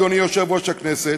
אדוני יושב-ראש הכנסת,